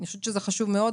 אני חושבת שזה חשוב מאוד.